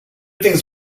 things